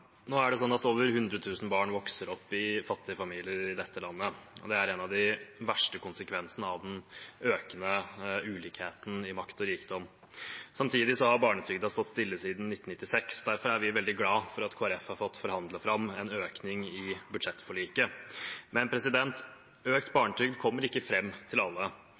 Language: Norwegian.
Nå er det sånn at over 100 000 barn vokser opp i fattige familier i dette landet, og det er en av de verste konsekvensene av den økende ulikheten i makt og rikdom. Samtidig har barnetrygden stått stille siden 1996. Derfor er vi veldig glad for at Kristelig Folkeparti har fått forhandlet fram en økning i budsjettforliket. Men økt barnetrygd kommer ikke fram til alle.